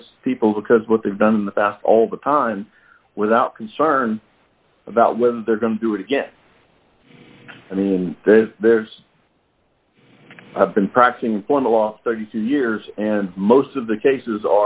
against people because what they've done all the time without concern about whether they're going to do it again i mean there's i've been practicing for the last thirty two years and most of the cases